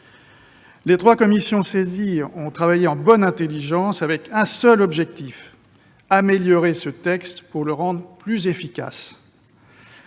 Les trois commissions saisies ont travaillé en bonne intelligence, avec un seul but : améliorer ce texte pour le rendre plus efficace.